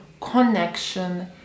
connection